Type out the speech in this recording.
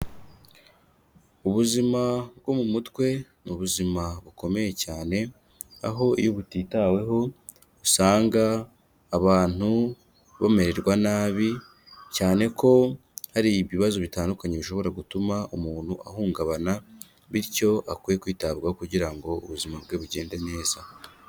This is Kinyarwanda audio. Ubuzima bwo mu mutwe ni ubuzima bukomeye cyane, aho iyo butitaweho usanga abantu bamererwa nabi cyane ko hari ibibazo bitandukanye bishobora gutuma umuntu ahungabana, bityo akwiye kwitabwaho kugira ngo ubuzima bwe bugende neza.